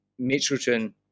Mitchelton